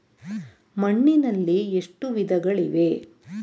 ಮಣ್ಣಿನಲ್ಲಿ ಎಷ್ಟು ವಿಧಗಳಿವೆ?